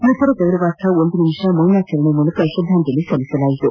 ಮೃತರ ಗೌರವಾರ್ಥ ಒಂದು ನಿಮಿಷ ಮೌನಾಚರಣೆ ಮೂಲಕ ತ್ರದ್ದಾಂಜಲಿ ಸಲ್ಲಿಸಲಾಯಿತು